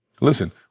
Listen